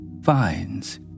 finds